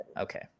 Okay